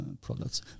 products